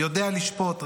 יודע לשפוט,